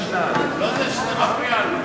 אני אמרתי לך, לא שזה מפריע לי.